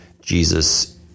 Jesus